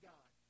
God